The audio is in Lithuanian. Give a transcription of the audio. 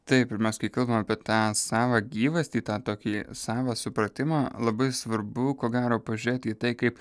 taip ir mes kai kalbam apie tą savą gyvastį tą tokį savą supratimą labai svarbu ko gero pažiūrėti į tai kaip